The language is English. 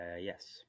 yes